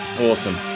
Awesome